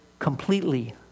Completely